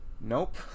Nope